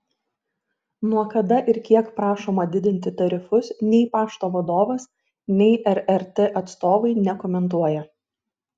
nuo kada ir kiek prašoma didinti tarifus nei pašto vadovas nei rrt atstovai nekomentuoja